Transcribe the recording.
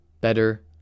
better